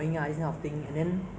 okay okay